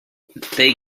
they